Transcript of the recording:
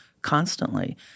constantly